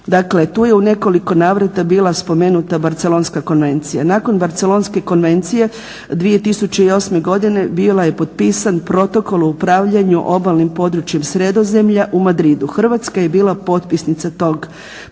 Dakle tu je u nekoliko navrata bila spomenuta Barcelonska konvencija. Nakon Barcelonske konvencije 2008. godine bio je potpisan Protokol o upravljanju obalnim područjem Sredozemlja u Madridu. Hrvatska je bila potpisnica tog protokola,